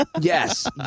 Yes